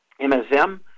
MSM